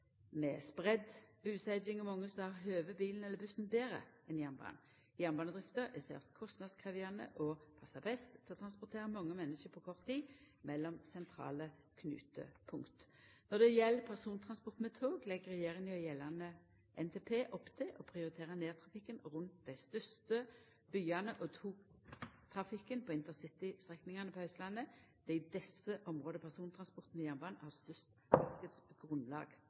med spreidd busetnad, og mange stader høver bilen eller bussen betre enn jernbanen. Jernbanedrifta er særs kostnadskrevjande og høver best til å transportera mange menneske på kort tid mellom sentrale knutepunkt. Når det gjeld persontransport med tog, legg regjeringa i gjeldande NTP opp til å prioritera nærtrafikken rundt dei største byane og togtrafikken på InterCity-strekningane på Austlandet. Det er i desse områda persontransporten med jernbanen har